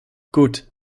gut